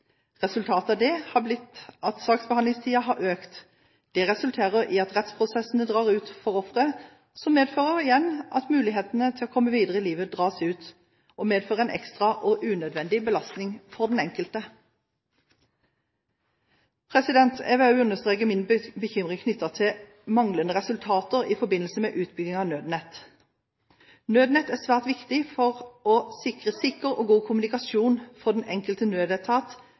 Resultatet av dette har blitt at saksbehandlingstiden har økt. Dette resulterer i at rettsprosessene drar ut for ofre, som igjen medfører at mulighetene til å komme videre i livet drar ut, og det fører til en ekstra og unødvendig belastning for den enkelte. Jeg vil også understreke min bekymring knyttet til manglende resultater i forbindelse med utbyggingen av Nødnett. Nødnett er svært viktig for sikker og god kommunikasjon for den enkelte nødetat